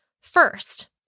First